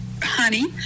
honey